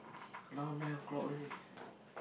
now nine o-clock ready